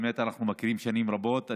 באמת אנחנו מכירים שנים רבות.